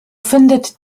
findet